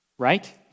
right